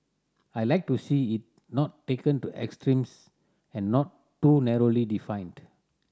I like to see it not taken to extremes and not too narrowly defined